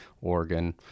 Oregon